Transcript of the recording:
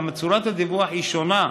גם צורת הדיווח היא שונה,